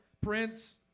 Prince